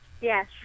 Yes